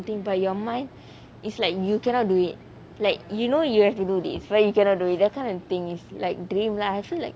but your mind is like you cannot do it like you know you have to do this but you cannot do it that kind of thing is like dream lah so like